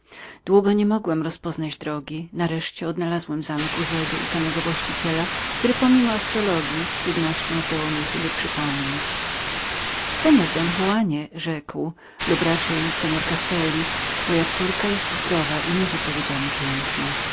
długo nie mogłem rozpoznać drogi nareszcie wynalazłem zamek uzedy i samego właściciela który pomimo astrologji z trudnością zdołał mnie sobie przypomnieć seor don juanie rzekł lub raczej seor castelli twoja córka jest zdrową i niewypowiedzianie piękną